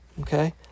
Okay